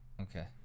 Okay